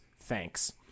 Thanks